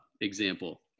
example